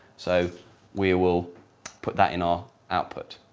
so we will put that in our output.